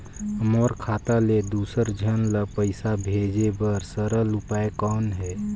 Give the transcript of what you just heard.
मोर खाता ले दुसर झन ल पईसा भेजे बर सरल उपाय कौन हे?